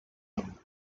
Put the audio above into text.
him